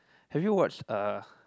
have you watched uh